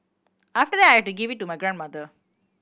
after that I had to give it to my grandmother